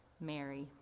Mary